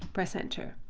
press enter.